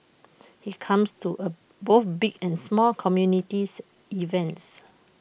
he comes to er both big and small community events